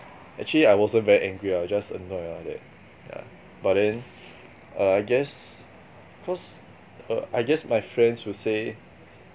actually I wasn't very angry ah just annoyed ah that yeah but then err I guess because err I guess my friends will say